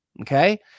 okay